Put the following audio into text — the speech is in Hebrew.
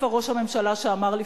את